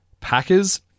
Packers